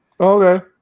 Okay